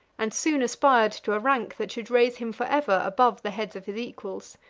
and soon aspired to a rank that should raise him forever above the heads of his equals.